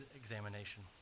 examination